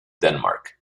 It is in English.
denmark